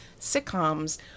sitcoms